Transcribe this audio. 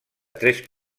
tres